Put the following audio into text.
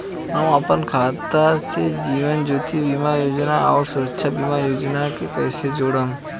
हम अपना खाता से जीवन ज्योति बीमा योजना आउर सुरक्षा बीमा योजना के कैसे जोड़म?